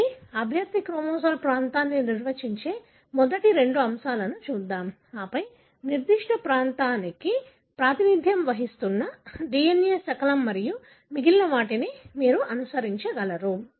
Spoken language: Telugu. కాబట్టి అభ్యర్థి క్రోమోజోమల్ ప్రాంతాన్ని నిర్వచించే మొదటి రెండు అంశాలను చూద్దాం ఆపై నిర్దిష్ట ప్రాంతానికి ప్రాతినిధ్యం వహిస్తున్న DNA శకలం మరియు మిగిలిన వాటిని మీరు అనుసరించగలరు